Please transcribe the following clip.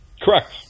Correct